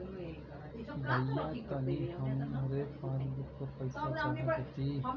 भईया तनि हमरे पासबुक पर पैसा चढ़ा देती